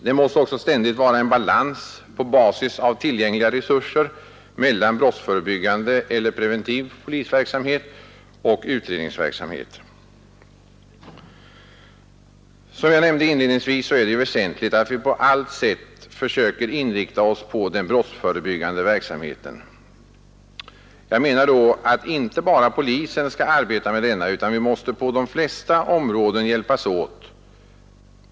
Det måste också ständigt vara en balans på basis av tillgängliga resurser mellan brottsförebyggande eller preventiv polisverksamhet och utredningsverksamhet. Som jag nämnde inledningsvis är det väsentligt att vi på allt sätt försöker inrikta oss på den brottsförebyggande verksamheten. Jag menar då att inte bara polisen skall arbeta med denna, utan vi måste på de flesta områden hjälpas åt.